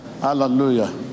Hallelujah